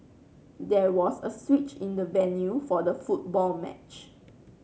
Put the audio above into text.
there was a switch in the venue for the football match